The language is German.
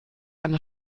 eine